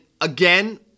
again